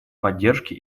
поддержке